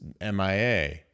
MIA